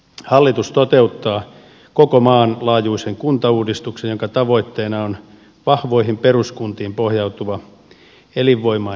hallitus toteuttaa koko maan laajuisen kuntauudistuksen jonka tavoitteena on vahvoihin peruskuntiin pohjautuva elinvoimainen kuntarakenne